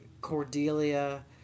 cordelia